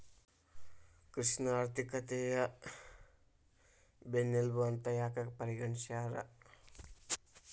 ಕೃಷಿನ ಆರ್ಥಿಕತೆಯ ಬೆನ್ನೆಲುಬು ಅಂತ ಯಾಕ ಪರಿಗಣಿಸ್ಯಾರ?